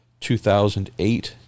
2008